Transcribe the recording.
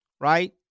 right